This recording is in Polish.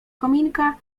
kominka